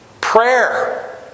Prayer